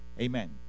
Amen